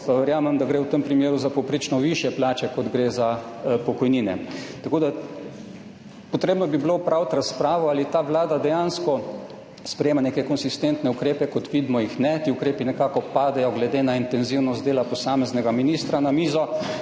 pa verjamem, da gre v tem primeru za povprečno višje plače od pokojnin. Potrebno bi bilo opraviti razpravo, ali ta vlada dejansko sprejema neke konsistentne ukrepe. Kot vidimo, jih ne. Ti ukrepi nekako padejo glede na intenzivnost dela posameznega ministra na mizo